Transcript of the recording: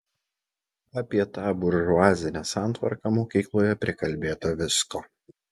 apie tą buržuazinę santvarką mokykloje prikalbėta visko